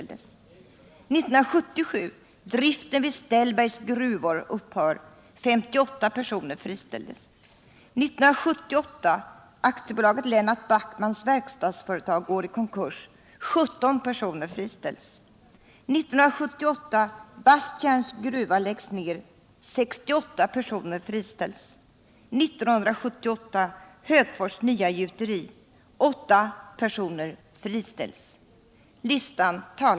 Listan talar för sig själv.